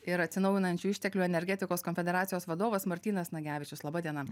ir atsinaujinančių išteklių energetikos konfederacijos vadovas martynas nagevičius laba diena